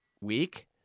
week